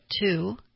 two